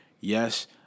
Yes